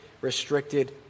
restricted